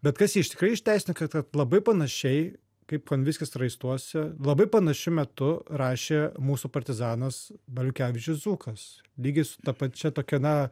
bet kas jį iš tikrai išteisino kad kad labai panašiai kaip konvickis raistuose labai panašiu metu rašė mūsų partizanas baliukevičius dzūkas lygiai su ta pačia tokia na